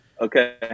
Okay